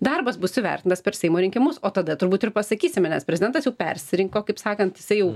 darbas bus įvertintas per seimo rinkimus o tada turbūt ir pasakysime nes prezidentas jau persirinko kaip sakant jisai jau